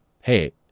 Hey